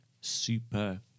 super